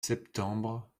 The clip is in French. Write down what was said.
septembre